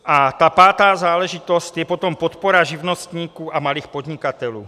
A pátá záležitost je potom podpora živnostníků a malých podnikatelů.